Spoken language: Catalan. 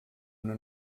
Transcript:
una